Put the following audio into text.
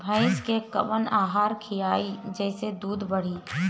भइस के कवन आहार खिलाई जेसे दूध बढ़ी?